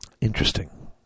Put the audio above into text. Interesting